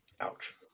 Ouch